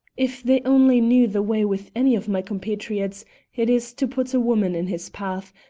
if they only knew the way with any of my compatriots it is to put a woman in his path,